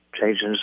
changes